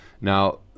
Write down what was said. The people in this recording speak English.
Now-